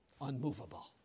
Unmovable